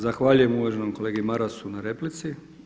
Zahvaljujem uvaženom kolegi Marasu na replici.